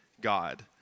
God